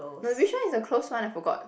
no which one is the close one I forgot